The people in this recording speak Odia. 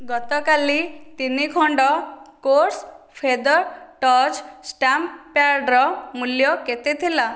ଗତକାଲି ତିନି ଖଣ୍ଡ କୋର୍ସ୍ ଫେଦର୍ ଟଚ୍ ଷ୍ଟାମ୍ପ୍ ପ୍ୟାଡ଼୍ର ମୂଲ୍ୟ କେତେ ଥିଲା